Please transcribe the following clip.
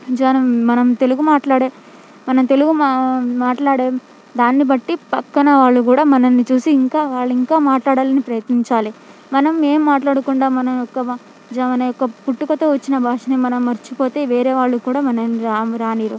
జనం మనం తెలుగు మాట్లాడే మనం తెలుగు మా మాట్లాడే దాన్ని బట్టి పక్కన వాళ్ళు కూడా మనల్ని చూసి ఇంకా వాళ్ళింకా మాట్లాడాలని ప్రయత్నించాలి మనం ఏం మాట్లాడకుండా మన యొక్క జ మన యొక్క పుట్టుకతో వచ్చిన భాషని మనం మర్చిపోతే వేరే వాళ్ళు కూడా మనల్ని రాం రానీయరు